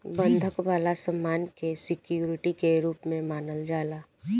बंधक वाला सामान के सिक्योरिटी के रूप में मानल जाला